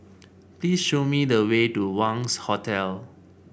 please show me the way to Wangz Hotel